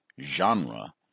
genre